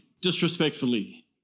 disrespectfully